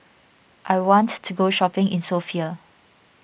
I want to go shopping in Sofia